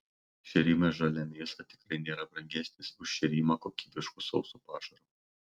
šėrimas žalia mėsa tikrai nėra brangesnis už šėrimą kokybišku sausu pašaru